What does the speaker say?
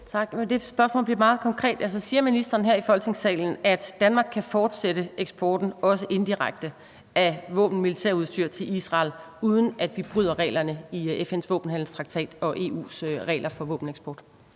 Tak. Spørgsmålet bliver meget konkret: Siger ministeren her i Folketingssalen, at Danmark kan fortsætte eksporten, også indirekte, af våben og militærudstyr til Israel, uden at vi bryder reglerne i FN's våbenhandelstraktat og EU's regler for våbeneksport?